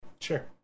Sure